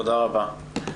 תודה רבה.